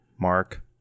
Mark